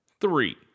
Three